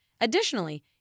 Additionally